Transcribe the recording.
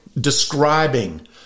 describing